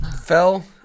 fell